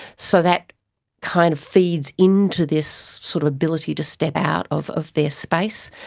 so that kind of feeds into this sort of ability to step out of of their space.